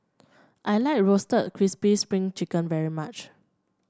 I like Roasted Crispy Spring Chicken very much